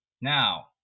Now